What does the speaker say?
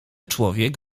człowiek